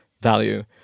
value